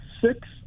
six